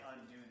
undo